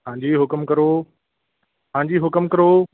ਹਾਂਜੀ ਹੁਕਮ ਕਰੋ ਹਾਂਜੀ ਹੁਕਮ ਕਰੋ